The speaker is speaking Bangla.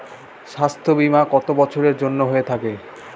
স্বাস্থ্যবীমা কত বছরের জন্য হয়ে থাকে?